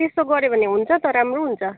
त्यस्तो गऱ्यो भने हुन्छ त राम्रो हुन्छ